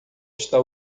está